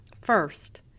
First